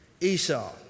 Esau